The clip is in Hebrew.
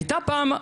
הייתה פעם,